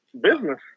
Business